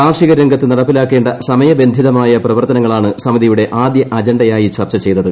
കാർഷിക രംഗത്ത് നടപ്പിലാക്കേണ്ട സമയബന്ധിതമായ പ്രവർത്തനങ്ങളാണ് സമിതിയുടെ ആദ്യ അജണ്ടയായി ചർച്ച ചെയ്തത്